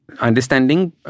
Understanding